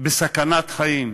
בסכנת חיים.